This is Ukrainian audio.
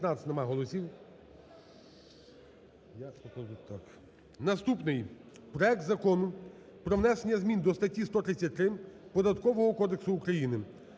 Наступний: проект Закону про внесення змін до статті 133